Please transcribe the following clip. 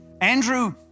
Andrew